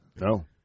No